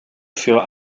für